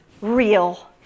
real